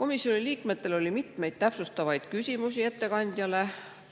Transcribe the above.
Komisjoni liikmetel oli ettekandjale mitmeid täpsustavaid küsimusi,